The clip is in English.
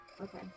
okay